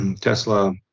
tesla